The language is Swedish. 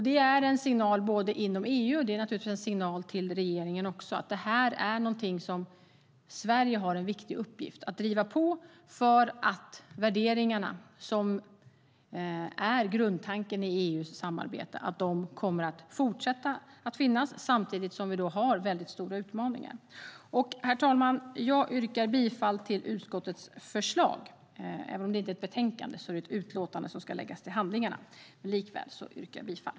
Det är en signal inom EU och också till regeringen om att Sverige har en viktig uppgift att driva på för att de värderingar som är grundtanken i EU-samarbetet kommer att fortsätta finnas samtidigt som vi har mycket stora utmaningar. Herr talman! Jag yrkar bifall till utskottets förslag. Nu är detta inte ett betänkande utan ett utlåtande som ska läggas till handlingarna, men likväl yrkar jag bifall.